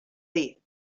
dir